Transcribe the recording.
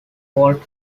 called